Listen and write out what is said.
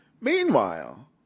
meanwhile